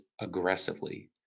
aggressively